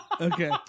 Okay